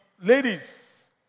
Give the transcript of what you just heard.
ladies